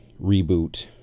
reboot